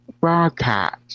Broadcast